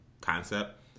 concept